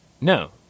no